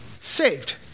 Saved